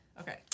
Okay